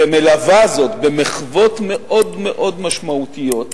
ומלווה זאת במחוות מאוד מאוד משמעותיות,